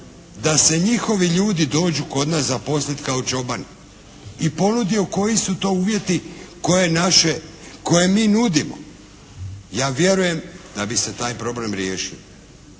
da se njihovi ljudi dođu kod nas zaposliti kao čobani i ponudio koji su to uvjeti koje naše, koje mi nudimo ja vjerujem da bi se taj problem riješio.